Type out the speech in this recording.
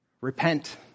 repent